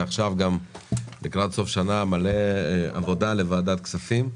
ועכשיו גם לקראת סוף השנה יש המון עבודה לוועדת הכספים.